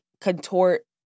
contort